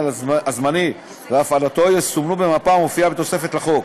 הזמני והפעלתו יסומנו במפה המופיעה בתוספת לחוק,